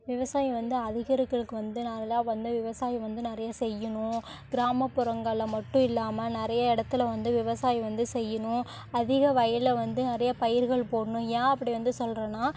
விவசாயம் வந்து அதிகரிக்கிறக்கு வந்து நல்லா வந்து விவசாயம் வந்து நிறையா செய்யணும் கிராமப்புறங்களில் மட்டும் இல்லாம நிறைய இடத்துல வந்து விவசாயம் வந்து செய்யணும் அதிக வயலில் வந்து நிறையா பயிர்கள் போடணும் ஏன் அப்படி வந்து சொல்லுறன்னா